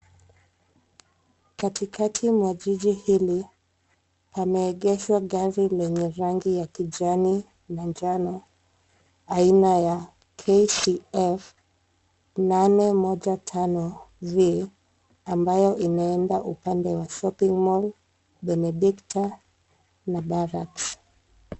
Katikati mwa jiji hili, pameegeshwa gari lenye rangi ya kijani na njano, aina ya KCF 815V ambayo inaenda upande wa shopping mall , Benedicta na Barracks .